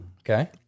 Okay